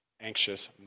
anxious